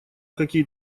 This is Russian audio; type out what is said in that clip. какие